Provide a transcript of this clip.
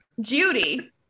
Judy